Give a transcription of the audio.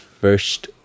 first